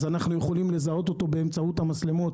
אנחנו יכולים לזהות אותו באמצעות המצלמות,